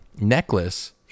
necklace